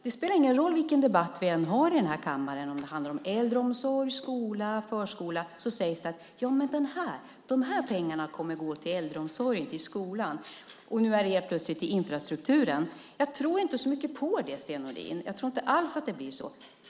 Det spelar ingen roll vilken debatt vi har i kammaren, om det handlar om äldreomsorg, skola, förskola, sägs det att dessa pengar kommer att gå till äldreomsorgen och skolan. Nu är det plötsligt till infrastrukturen. Jag tror inte så mycket på det, Sten Nordin. Jag tror inte alls att det blir så.